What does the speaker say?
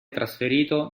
trasferito